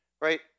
Right